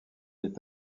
est